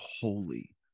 holy